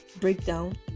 breakdown